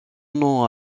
nom